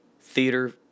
theater